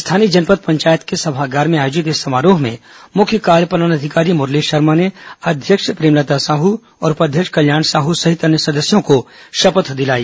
स्थानीय जनपद पंचायत के सभागार में आयोजित इस समारोह में मुख्य कार्यपालन अधिकारी मुरली शर्मा ने अध्यक्ष प्रेमलता साहू और उपाध्यक्ष कल्याण साहू सहित अन्य सदस्यों को शपथ दिलाई